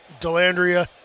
Delandria